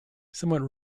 somewhat